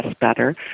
better